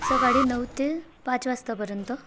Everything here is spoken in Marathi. सकाळी नऊ ते पाच वाजतापर्यंत